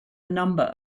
number